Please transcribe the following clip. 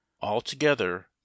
altogether